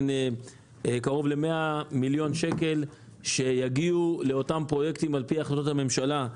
קרוב ל-100 מיליון שקלים שיגיעו לאותם פרויקטים על פי החלטות הממשלה.